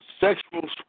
sexual